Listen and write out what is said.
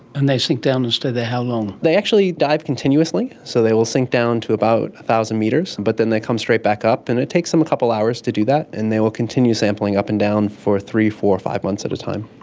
and they sink down and stay there how long? they actually dive continuously, so they will sink down to about one thousand metres but then they come straight back up, and it takes them a couple of to do that, and they will continue sampling up and down for three, four, five months at a time.